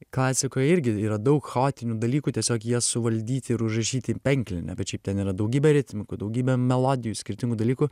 klasikoj irgi yra daug chaotinių dalykų tiesiog jie suvaldyti ir užrašyti į penklinę bet šiaip ten yra daugybė ritmikų daugybė melodijų skirtingų dalykų